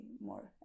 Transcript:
more